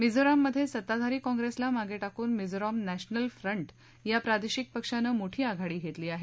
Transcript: मिझोराममध्ये सत्ताधारी काँप्रेसला मागे टाकून मिझोराम नॅशनल फ्रंट या प्रादेशिक पक्षानं मोठी आघाडी घेतली आहे